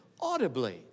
audibly